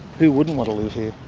who wouldn't want to live here?